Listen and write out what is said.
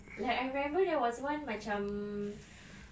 like I remember there was one macam